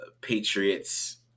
Patriots